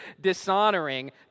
dishonoring